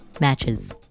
matches